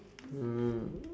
um